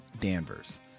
Danvers